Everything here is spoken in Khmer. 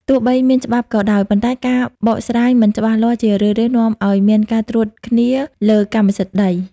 ទោះបីមានច្បាប់ក៏ដោយ ប៉ុន្តែការបកស្រាយមិនច្បាស់លាស់ជារឿយៗនាំឱ្យមានការត្រួតគ្នាលើកម្មសិទ្ធិដី។